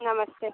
नमस्ते